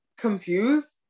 confused